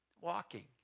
walking